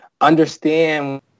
understand